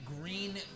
Green